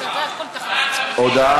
שנייה.